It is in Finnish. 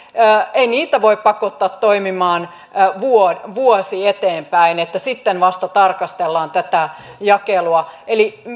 ei niitä voi pakottaa toimimaan vuosi eteenpäin ja sitten vasta tarkastella tätä jakelua eli